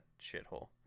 shithole